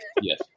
Yes